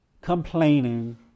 complaining